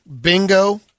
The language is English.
Bingo